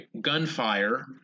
gunfire